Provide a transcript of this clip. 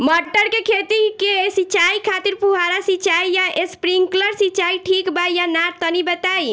मटर के खेती के सिचाई खातिर फुहारा सिंचाई या स्प्रिंकलर सिंचाई ठीक बा या ना तनि बताई?